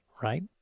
right